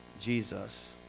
Jesus